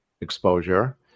exposure